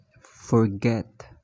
forget